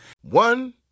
One